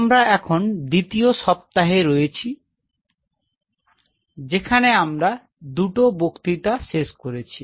আমরা এখন দ্বিতীয় সপ্তাহে রয়েছে যেখানে আমরা দুটো বক্তৃতা শেষ করেছি